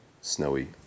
snowy